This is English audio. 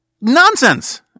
nonsense